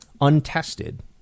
untested